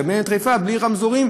לדמיין את חיפה בלי רמזורים,